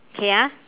okay ah